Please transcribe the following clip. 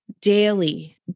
daily